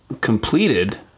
completed